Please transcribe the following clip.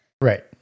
right